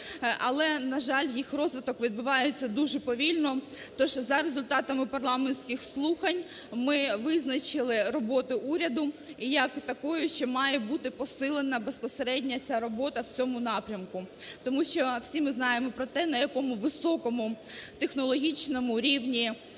але, на жаль, їх розвиток відбувається дуже повільно. Тож, за результатами парламентських слухань ми визначили роботу уряду як такою, що має бути посилена безпосередньо ця робота в цьому напрямку. Тому що всі ми знаємо про те, на якому високому технологічному рівні